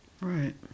Right